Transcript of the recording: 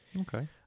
Okay